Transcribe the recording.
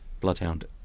Bloodhound